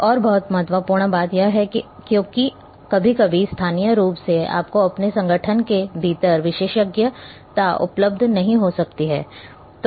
एक और बहुत महत्वपूर्ण बात यह है कि क्योंकि कभी कभी स्थानीय रूप से आपको अपने संगठन के भीतर विशेषज्ञता उपलब्ध नहीं हो सकती है